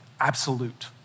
Absolute